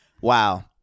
Wow